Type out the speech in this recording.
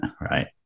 Right